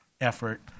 effort